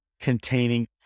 containing